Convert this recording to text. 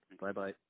bye-bye